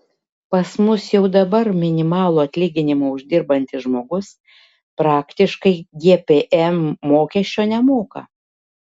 pas mus jau dabar minimalų atlyginimą uždirbantis žmogus praktiškai gpm mokesčio nemoka